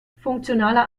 funktionaler